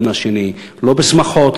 לא בשמחות,